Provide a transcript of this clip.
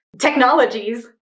technologies